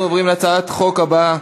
אנחנו עוברים להצעת החוק הבאה,